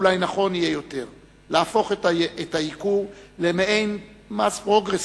אולי נכון יותר להפוך את הייקור למעין מס פרוגרסיבי,